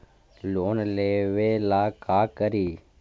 Loan लेबे ला का करि?